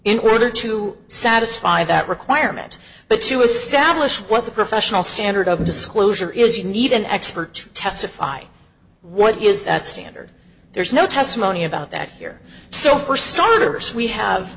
in order to satisfy that requirement but to establish what the professional standard of disclosure is you need an expert to testify what is that standard there's no testimony about that here so for starters we have